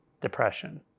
depression